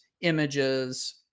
images